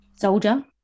Soldier